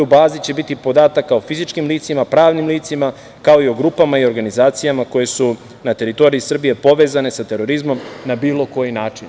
U bazi će biti podataka o fizičkim licima, pravnim licima, kao i o grupama i organizacijama koje su na teritoriji Srbije povezane sa terorizmom na bilo koji način.